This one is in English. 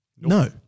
no